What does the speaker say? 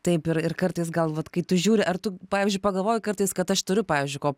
taip ir ir kartais gal vat kai tu žiūri ar tu pavyzdžiui pagalvoju kartais kad aš turiu pavyzdžiui ko